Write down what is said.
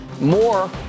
more